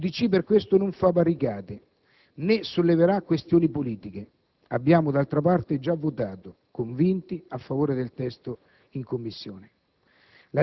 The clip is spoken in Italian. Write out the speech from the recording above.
l'UDC per questo non fa barricate, né solleverà questioni politiche. Abbiamo, d'altra parte, già votato con convinzione a favore del testo in Commissione.